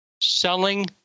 selling